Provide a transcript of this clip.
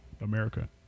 America